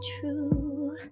true